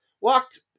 walked